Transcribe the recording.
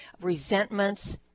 resentments